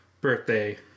birthday